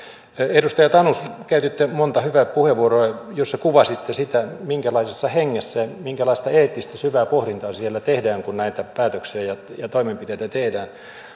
edustaja tanus käytitte monta hyvää puheenvuoroa joissa kuvasitte sitä minkälaisessa hengessä ja minkälaista eettistä syvää pohdintaa siellä tehdään kun näitä päätöksiä ja toimenpiteitä tehdään